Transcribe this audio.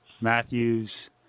Matthews